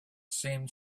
seemed